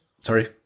sorry